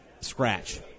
scratch